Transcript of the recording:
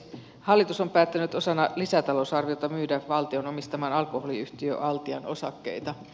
hallitus on päättänyt osana lisätalousarviota myydä valtion omistaman alkoholiyhtiö altian osakkeita